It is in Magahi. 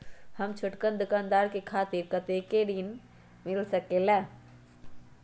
हम छोटकन दुकानदार के खातीर कतेक ऋण मिल सकेला?